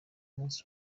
umunsi